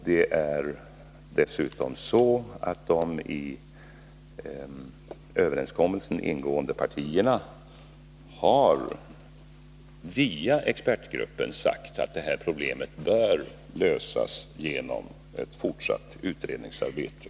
Det är dessutom så att de partier som ingått överenskommelsen via expertgruppen har sagt att det här problemet bör lösas genom ett fortsatt utredningsarbete.